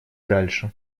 дальше